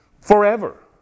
forever